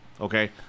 Okay